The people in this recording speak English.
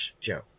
Joe